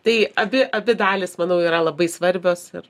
tai abi abi dalys manau yra labai svarbios ir